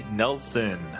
nelson